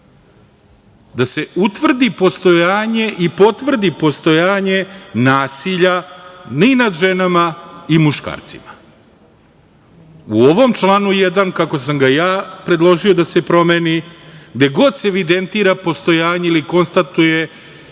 da se utvrdi postojanje i potvrdi postojanje nasilja ni nad ženama i muškarcima. U ovom članu 1. kako sam ga ja predložio da se promeni, gde god se evidentira postojanje ili konstatuje